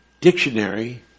Dictionary